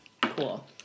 cool